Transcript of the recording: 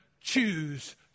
choose